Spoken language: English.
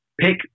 pick